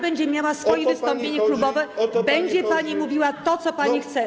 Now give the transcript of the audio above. Pani będzie miała swoje wystąpienie klubowe, będzie pani mówiła to, co pani chce.